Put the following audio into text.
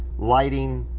lighting,